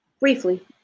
Briefly